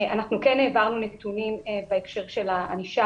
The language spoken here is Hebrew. אנחנו כן העברנו נתונים בהקשר של הענישה